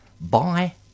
Bye